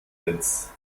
netz